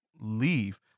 leave